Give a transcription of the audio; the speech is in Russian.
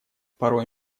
порой